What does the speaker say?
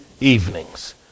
evenings